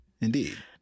Indeed